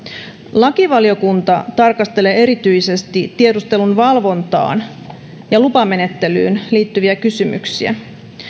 lakivaliokunta tarkastelee erityisesti tiedustelun valvontaan ja lupamenettelyyn liittyviä kysymyksiä